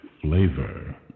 Flavor